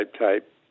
type